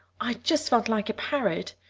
i just felt like a parrot.